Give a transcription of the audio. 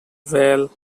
vale